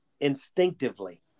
instinctively